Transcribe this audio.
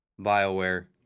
bioware